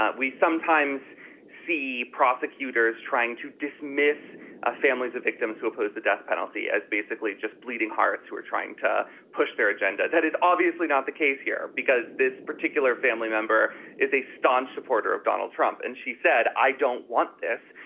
ah we sometimes see prosecutors trying to dismiss ah families of victims who oppose the death penalty as basically just bleeding hearts who are trying to push their agenda. that is obviously not the case here because this particular family member is a staunch supporter of donald trump. and she said, i don't want this.